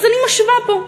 אז אני משווה פה: